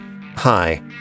Hi